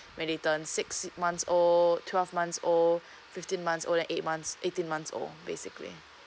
when they turn six months old twelve months old fifteen months old then eight months eighteen months old basically